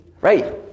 Right